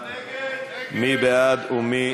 מי בעד ומי